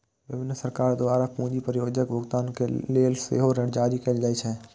विभिन्न सरकार द्वारा पूंजी परियोजनाक भुगतान लेल सेहो ऋण जारी कैल जाइ छै